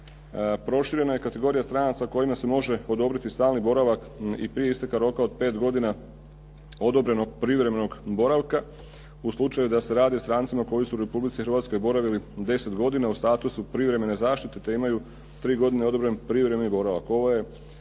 Proširena je kategorija stranaca kojima se može odobriti stalni boravak i prije isteka roka od pet godina odobrenog privremenog boravka u slučaju da se radi o strancima koji su u Republici Hrvatskoj boravili deset godina u statusu privremene zaštite te imaju tri godine odobren privremeni boravak.